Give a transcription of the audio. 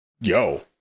yo